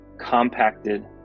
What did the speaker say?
compacted